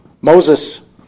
Moses